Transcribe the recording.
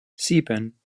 sieben